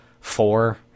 four